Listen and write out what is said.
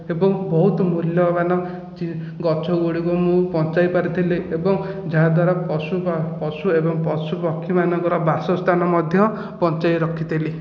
ଏବଂ ବହୁତ ମୂଲ୍ୟବାନ ଗଛଗୁଡ଼ିକ ମୁଁ ବଞ୍ଚାଇପାରିଥିଲି ଏବଂ ଯାହାଦ୍ଵାରା ପଶୁ ଏବଂ ପଶୁପକ୍ଷୀମାନଙ୍କର ବାସସ୍ଥାନ ମଧ୍ୟ ବଞ୍ଚାଇ ରଖିଥିଲି